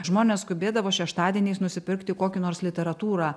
žmonės skubėdavo šeštadieniais nusipirkti kokį nors literatūrą